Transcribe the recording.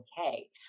okay